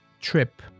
trip